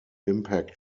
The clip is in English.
impact